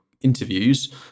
interviews